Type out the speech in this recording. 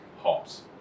hops